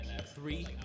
Three